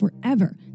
forever